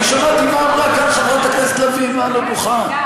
אני שמעתי מה אמרה כאן חברת הכנסת לביא מעל הדוכן,